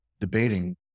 debating